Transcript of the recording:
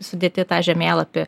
sudėtiį į tą žemėlapį